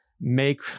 make